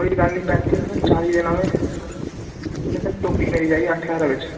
कोई गल्ल नेई पैंती नी तुसेंगी चाली दिन्ना मैं लेकिन टोपी मेरी चाहिदी अट्ठ ज्हार रपेया बिच